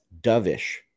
dovish